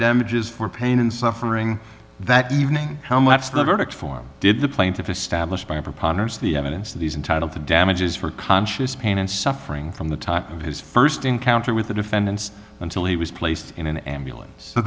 damages for pain and suffering that evening how much of the verdict form did the plaintiff establish by a preponderance of the evidence that he's entitled to damages for conscious pain and suffering from the time of his st encounter with the defendants until he was placed in an ambulance so